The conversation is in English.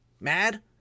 mad